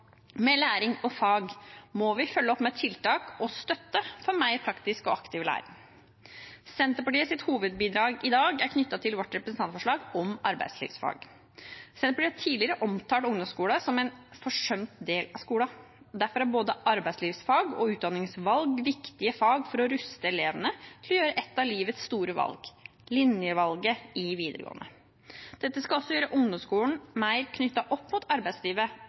med læring og fag, må vi følge opp med tiltak og støtte for mer praktisk og aktiv læring. Senterpartiets hovedbidrag i dag er knyttet til vårt representantforslag om arbeidslivsfag. Senterpartiet har tidligere omtalt ungdomsskolen som en forsømt del av skolen. Derfor er både arbeidslivsfag og utdanningsvalg viktige fag for å ruste elevene til å gjøre et av livets store valg: linjevalget i videregående. Dette skal også gjøre ungdomsskolen mer knyttet opp mot arbeidslivet